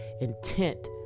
intent